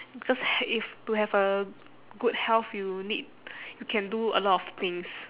because h~ if to have a good health you need you can do a lot of things